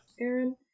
aaron